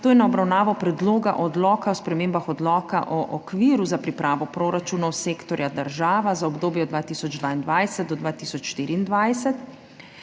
drugega odloka, to je Odlok o spremembah Odloka o okviru za pripravo proračunov sektorja država za obdobje od 2022 do 2024,